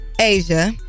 Asia